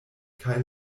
kaj